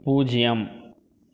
பூஜ்ஜியம்